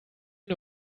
ihr